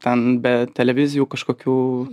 ten be televizijų kažkokių